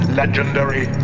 legendary